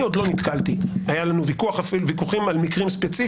אני עוד לא נתקלתי היו לנו ויכוחים על מקרים ספציפיים